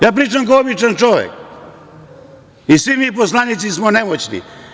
Ja pričam kao običan čovek i svi mi poslanici smo nemoćni.